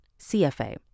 CFA